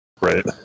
right